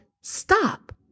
stop